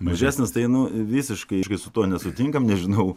mažesnis tai nu visiškai su tuo nesutinkam nežinau